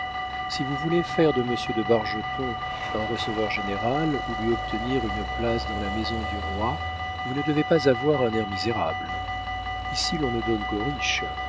si vous voulez faire de monsieur de bargeton un receveur-général ou lui obtenir une place dans la maison du roi vous ne devez pas avoir un air misérable ici l'on ne donne